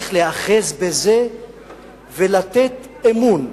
צריך להיאחז בזה ולתת אמון.